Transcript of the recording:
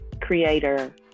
Creator